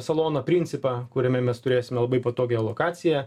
salono principą kuriame mes turėsime labai patogią lokaciją